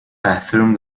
bathroom